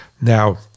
now